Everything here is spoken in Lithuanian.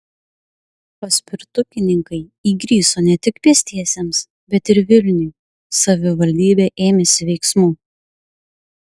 paspirtukininkai įgriso ne tik pėstiesiems bet ir vilniui savivaldybė ėmėsi veiksmų